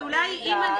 מסכימה.